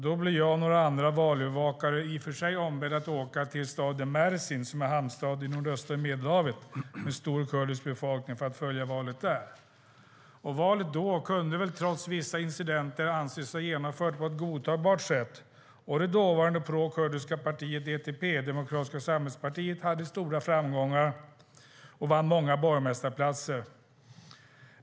Då blev jag och några andra valövervakare i och för sig ombedda att åka till staden Mersin, som är en hamnstad vid nordöstra Medelhavet, med stor kurdisk befolkning för att följa valet där. Valet då kunde trots vissa incidenter anses ha genomförts på ett godtagbart sätt. Det dåvarande prokurdiska partiet DTP, Demokratiska samlingspartiet, hade stora framgångar och vann många borgmästarplatser.